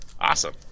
Awesome